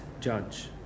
judge